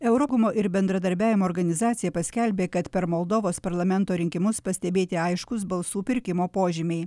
eurogumo ir bendradarbiavimo organizacija paskelbė kad per moldovos parlamento rinkimus pastebėti aiškūs balsų pirkimo požymiai